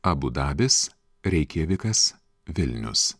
abu dabis reikjavikas vilnius